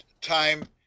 time